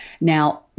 Now